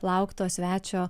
laukto svečio